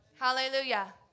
hallelujah